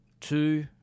two